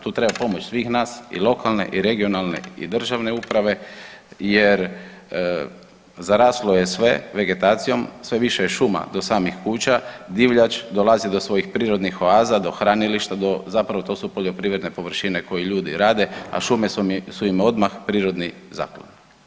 Tu treba pomoć svih nas i lokalne i regionalne i državne uprave jer zaraslo je sve vegetacijom, sve više je šuma do samih kuća, divljač dolazi do svojih prirodnih oaza, do hranilišta, do, zapravo to su poljoprivredne površine koje ljudi rade, a šume su im odmah prirodni zaklon.